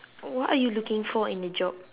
what are you looking for in a job